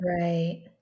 right